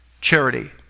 Charity